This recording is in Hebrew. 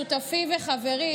שותפי וחברי,